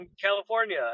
California